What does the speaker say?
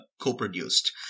co-produced